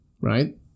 right